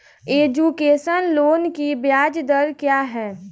Education loan की ब्याज दर क्या है?